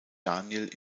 daniel